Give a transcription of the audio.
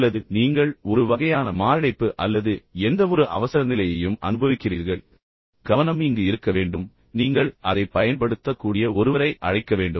அல்லது நீங்கள் ஒரு வகையான மாரடைப்பு அல்லது எந்தவொரு அவசரநிலையையும் அனுபவிக்கிறீர்கள் அங்கு உங்கள் இருப்பு தேவைப்படுகிறது அல்லது உங்கள் கவனம் இங்கு இருக்க வேண்டும் அல்லது நீங்கள் அதைப் பயன்படுத்தக்கூடிய ஒருவரை அழைக்க வேண்டும்